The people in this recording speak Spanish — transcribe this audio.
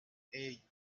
hey